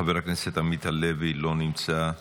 חבר הכנסת עמית הלוי, לא נמצא.